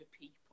people